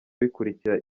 bikurikira